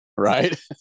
Right